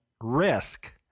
risk